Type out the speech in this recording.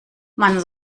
man